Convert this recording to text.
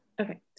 Okay